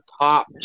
top